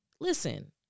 listen